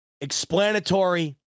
explanatory